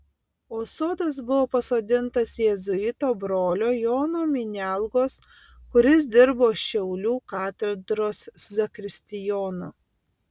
o sodas buvo pasodintas jėzuito brolio jono minialgos kuris dirbo šiaulių katedros zakristijonu